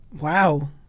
Wow